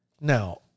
Now